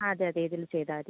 അതെ അതെ ഇതില് ചെയ്താൽ മതി